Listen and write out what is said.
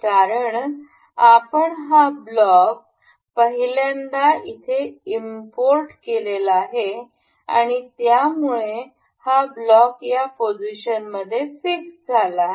कारण आपण हा ब्लॉक पहिल्यांदाच इथे इम्पोर्ट केलेला आहे आणि यामुळे हा ब्लॉक या पोजीशनमध्ये फिक्स झाला आहे